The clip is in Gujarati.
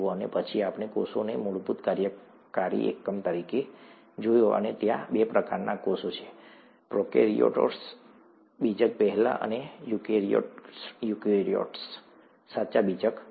અને પછી આપણે કોષને મૂળભૂત કાર્યકારી એકમ તરીકે જોયો અને ત્યાં બે પ્રકારના કોષો છે પ્રોકેરીયોટ્સ બીજક પહેલા અને યુકેરીયોટ્સ સાચા બીજક સાથે